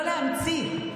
לא להמציא,